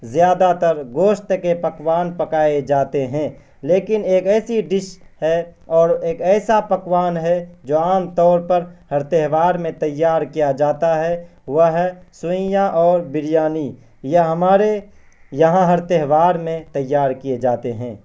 زیادہ تر گوشت کے پکوان پکائے جاتے ہیں لیکن ایک ایسی ڈش ہے اور ایک ایسا پکوان ہے جو عام طور پر ہر تہوار میں تیار کیا جاتا ہے وہ ہے سیوئیاں اور بریانی یہ ہمارے یہاں ہر تہوار میں تیار کیے جاتے ہیں